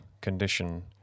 condition